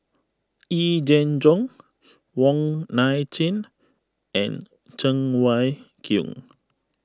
Yee Jenn Jong Wong Nai Chin and Cheng Wai Keung